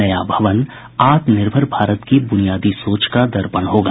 नया भवन आत्मनिर्भर भारत की ब्रनियादी सोच का दर्पण होगा